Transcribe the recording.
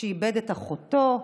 שאיבד את אחותו,